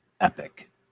epic